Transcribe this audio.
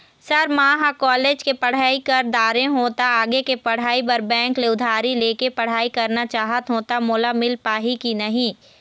Sir म ह college के पढ़ाई कर दारें हों ता आगे के पढ़ाई बर बैंक ले उधारी ले के पढ़ाई करना चाहत हों ता मोला मील पाही की नहीं?